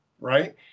right